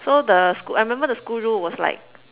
so the school I remember the school rule was like